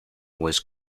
was